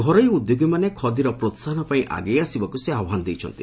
ଘରୋଇ ଉଦ୍ୟୋଗମାନେ ଖଦୀର ପ୍ରୋହାହନ ପାଇଁ ଆଗେଇ ଆସିବାକୁ ସେ ଆହ୍ନାନ ଜଣାଇଛନ୍ତି